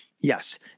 Yes